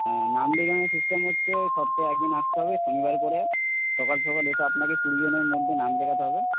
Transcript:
হ্যাঁ নাম লেখানোর সিস্টেম হচ্ছে সপ্তাহে একদিন আসতে হবে শনিবার করে সকাল সকাল এসে আপনাকে কুড়িজনের মধ্যে নাম লেখাতে হবে